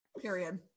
Period